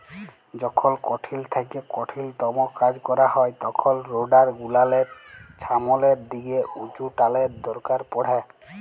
যখল কঠিল থ্যাইকে কঠিলতম কাজ ক্যরা হ্যয় তখল রোডার গুলালের ছামলের দিকে উঁচুটালের দরকার পড়হে